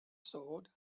sword